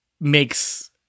makes